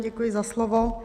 Děkuji za slovo.